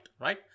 right